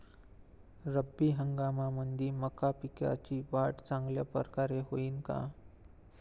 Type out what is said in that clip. रब्बी हंगामामंदी मका पिकाची वाढ चांगल्या परकारे होईन का?